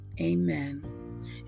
amen